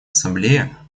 ассамблея